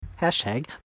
Hashtag